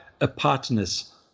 apartness